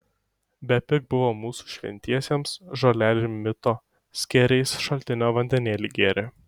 bepig buvo mūsų šventiesiems žolelėm mito skėriais šaltinio vandenėlį gėrė